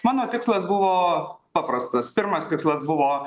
mano tikslas buvo paprastas pirmas tikslas buvo